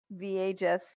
VHS